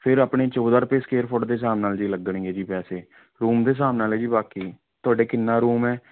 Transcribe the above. ਫੇਰ ਆਪਣੇ ਚੌਦ੍ਹਾਂ ਰੁਪਏ ਸੁਕੇਅਰ ਫੁੱਟ ਦੇ ਹਿਸਾਬ ਨਾਲ ਜੀ ਲੱਗਣਗੇ ਜੀ ਪੈਸੇ ਰੂਮ ਦੇ ਹਿਸਾਬ ਨਾਲ ਹੈ ਜੀ ਬਾਕੀ ਤੁਹਾਡੇ ਕਿੰਨਾ ਰੂਮ ਹੈ